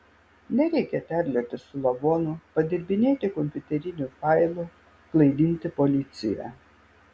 nereikia terliotis su lavonu padirbinėti kompiuterinių failų klaidinti policiją